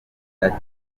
ati